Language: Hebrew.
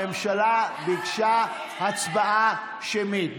הממשלה ביקשה הצבעה שמית.